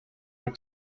are